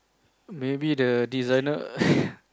maybe the designer